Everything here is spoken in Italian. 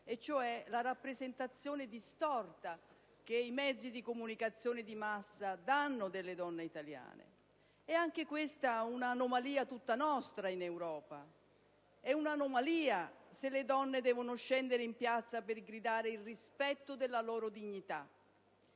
è la rappresentazione distorta che i mezzi di comunicazione di massa forniscono delle donne. Anche questa è un'anomalia tutta nostra in Europa. È un'anomalia se le donne devono scendere in piazza per gridare il rispetto della loro dignità;